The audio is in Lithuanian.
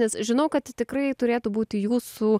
nes žinau kad tikrai turėtų būt jūsų